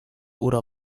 oder